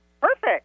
Perfect